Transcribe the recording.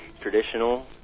traditional